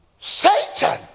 Satan